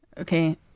Okay